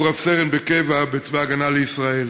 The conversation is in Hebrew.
הוא רב סרן בקבע בצבא ההגנה לישראל.